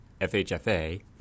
FHFA